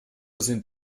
sind